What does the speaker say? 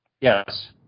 Yes